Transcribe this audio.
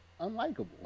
unlikable